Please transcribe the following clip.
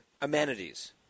amenities